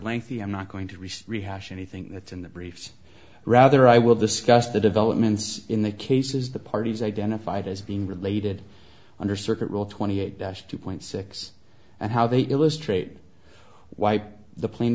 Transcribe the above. lengthy i'm not going to recess rehash anything that's in the briefs rather i will discuss the developments in the cases the parties identified as being related under circuit rule twenty eight two point six and how they illustrate why the pla